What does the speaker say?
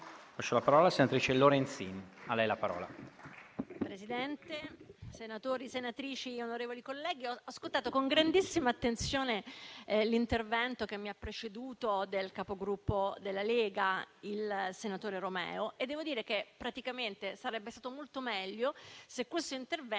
Presidente, senatori, senatrici, onorevoli colleghi, ho ascoltato con grandissima attenzione l'intervento che mi ha preceduto del capogruppo della Lega, il senatore Romeo. E devo dire che praticamente sarebbe stato molto meglio se questo intervento